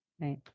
right